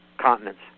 continents